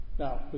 Now